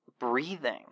breathing